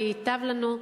וייטב לנו,